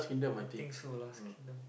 I think so Lost Kingdom